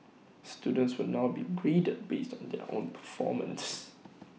students will now be graded based on their own performance